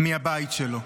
מהבית שלו.